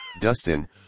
Dustin